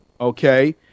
okay